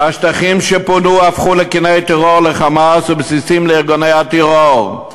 השטחים שפונו הפכו לקני טרור ל"חמאס" ובסיסים לארגוני הטרור.